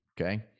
Okay